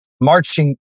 marching